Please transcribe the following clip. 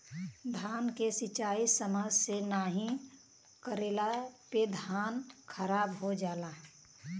धान के सिंचाई समय से नाहीं कइले पे धान खराब हो जाला